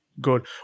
good